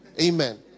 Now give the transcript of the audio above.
amen